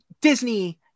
disney